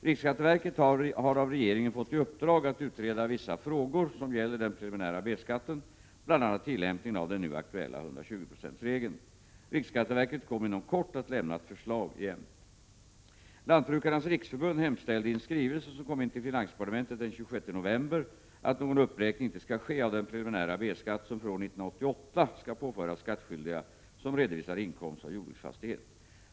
Riksskatteverket har av regeringen fått i uppdrag att utreda vissa frågor som gäller den preliminära B-skatten, bl.a. tillämpningen av den nu aktuella 120-procentsregeln. Riksskatteverket kommer inom kort att lämna ett förslag i ämnet. Lantbrukarnas riksförbund hemställde i en skrivelse, som kom in till finansdepartementet den 26 november, att någon uppräkning inte skall ske av den preliminära B-skatt som för år 1988 skall påföras skattskyldiga som redovisar inkomst av jordbruksfastighet.